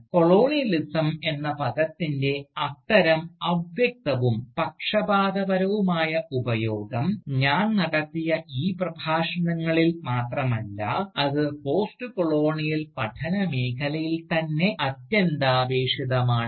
colonialism എന്ന പദത്തിൻറെ അത്തരം അവ്യക്തവും പക്ഷപാതപരവുമായ ഉപയോഗം ഞാൻ നടത്തിയ ഈ പ്രഭാഷണങ്ങളിൽ മാത്രമല്ല അത് പോസ്റ്റ്കൊളോണിയൽ പഠനമേഖലയിൽ തന്നെ അത്യന്താപേക്ഷിതമാണ്